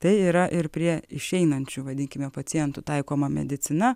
tai yra ir prie išeinančių vadinkime pacientų taikoma medicina